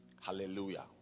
Hallelujah